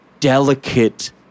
Delicate